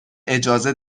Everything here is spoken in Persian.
اجازه